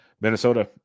Minnesota